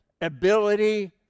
ability